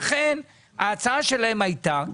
האם